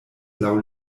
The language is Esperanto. laŭ